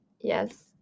Yes